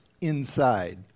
inside